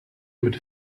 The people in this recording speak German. mit